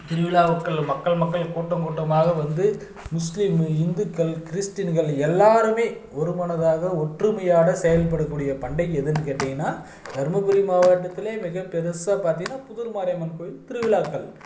திருவிழாக்கள் மக்கள் மக்கள் கூட்டம் கூட்டமாக வந்து முஸ்லீமும் இந்துக்கள் கிறிஸ்டியன்கள் எல்லோருமே ஒரு மனதாக ஒற்றுமையாக செயல்படக்கூடிய பண்டிகை எதுன்னு கேட்டிங்கன்னா தருமபுரி மாவட்டத்துலேயே மிகபெருசாக பார்த்திங்கன்னா புதூர் மாரியம்மன் கோயில் திருவிழாக்கள்